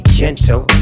gentle